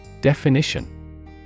Definition